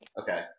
Okay